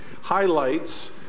highlights